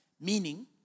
meaning